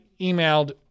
emailed